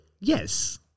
Yes